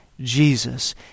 Jesus